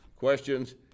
questions